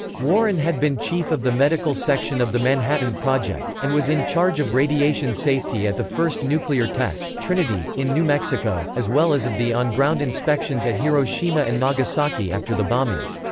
warren had been chief of the medical section of the manhattan project, and was in charge of radiation safety at the first nuclear test, trinity, in new mexico, as well as of the on-ground inspections at hiroshima and nagasaki after the bombings.